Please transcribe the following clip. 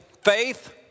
Faith